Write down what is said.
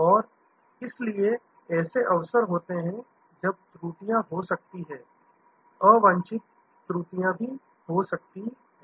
और इसलिए ऐसे अवसर होते हैं जब त्रुटियां हो सकती हैं अवांछित त्रुटियां हो सकती हैं